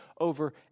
over